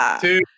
two